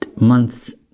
months